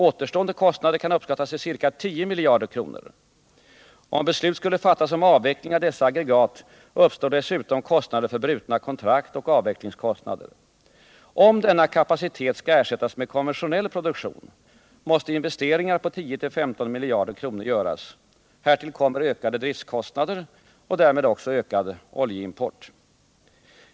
Återstående kostnader kan uppskattas till ca 10 miljarder kr. Om beslut skulle fattas om avveckling av dessa aggregat uppstår dessutom kostnader för brutna kontrakt och avvecklingskostnader. Om denna kapacitet skall ersättas med konventionell produktion måste investeringar på 10-15 miljarder kr. göras. Härtill kommer ökade driftkostnader och därmed också en ökad oljeimport.